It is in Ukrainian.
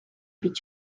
під